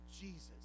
Jesus